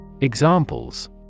Examples